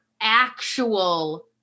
actual